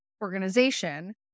organization